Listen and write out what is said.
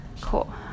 cool